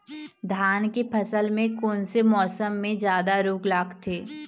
धान के फसल मे कोन से मौसम मे जादा रोग लगथे?